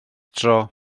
tro